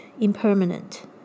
impermanent